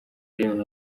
rurimi